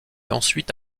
ensuite